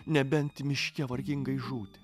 nebent miške vargingai žūti